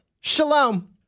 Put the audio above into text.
Shalom